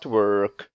work